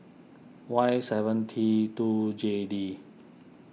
Y seven T two J D